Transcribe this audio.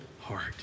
heart